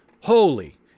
Holy